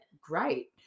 great